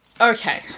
Okay